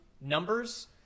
numbers